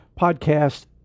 podcast